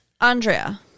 andrea